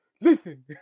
Listen